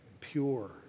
pure